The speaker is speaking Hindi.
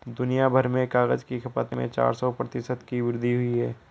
दुनियाभर में कागज की खपत में चार सौ प्रतिशत की वृद्धि हुई है